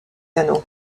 piano